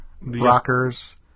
Rockers